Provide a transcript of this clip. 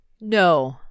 No